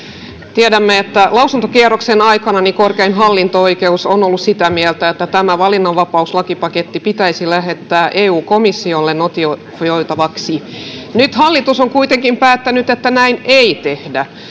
tiedämme että lausuntokierroksen aikana korkein hallinto oikeus on ollut sitä mieltä että tämä valinnanvapauslakipaketti pitäisi lähettää eu komissiolle notifioitavaksi nyt hallitus on kuitenkin päättänyt että näin ei tehdä